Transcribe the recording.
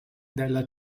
della